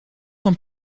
van